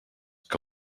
que